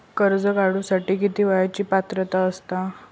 कर्ज काढूसाठी किती वयाची पात्रता असता?